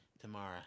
Tomorrow